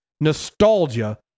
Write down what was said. nostalgia